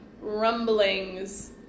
rumblings